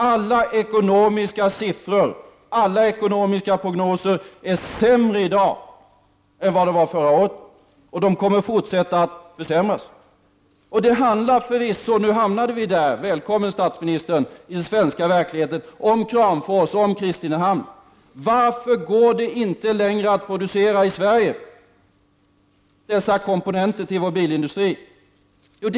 Alla ekonomiska siffror och alla prognoser är sämre i dag än förra året, och de kommer att fortsätta att för sämras. Det handlar förvisso — och nu har vi hamnat där, välkommen statsministern i den svenska verkligheten — om Kramfors och om Kristinehamn. Varför går det inte längre att producera dessa komponenter till vår bilindustri i Sverige?